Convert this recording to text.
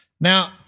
Now